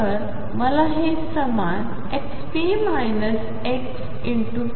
तर मला हे समान ⟨xp⟩ ⟨x⟩⟨p⟩